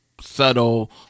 subtle